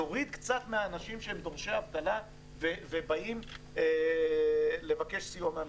להוריד קצת מהאנשים שהם דורשי אבטלה ובאים לבקש סיוע מהמדינה.